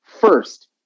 first